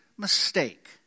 mistake